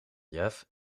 jef